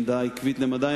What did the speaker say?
עמדה עקבית למדי,